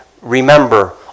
Remember